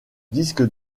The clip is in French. disque